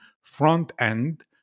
front-end